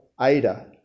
Ada